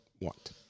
want